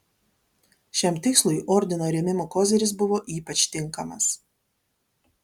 šiam tikslui ordino rėmimo koziris buvo ypač tinkamas